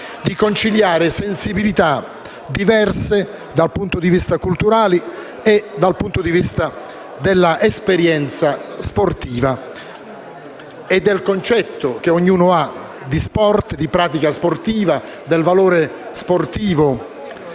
di conciliare sensibilità diverse dal punto di vista culturale, dell'esperienza sportiva e del concetto che ognuno ha di sport, di pratica sportiva e del valore sportivo